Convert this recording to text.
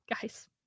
guys